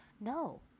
No